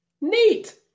Neat